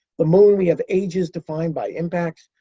the moon. we have ages defined by impacts.